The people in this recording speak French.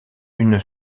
une